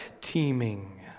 teeming